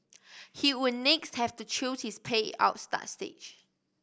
he would next have to choose his payout start age